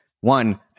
One